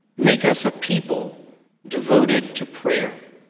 make us a people devoted to prayer.